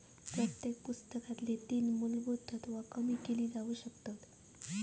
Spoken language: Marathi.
प्रत्येक पुस्तकाची तीन मुलभुत तत्त्वा कमी केली जाउ शकतत